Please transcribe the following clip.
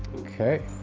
okay